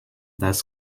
dass